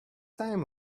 time